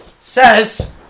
says